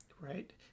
Right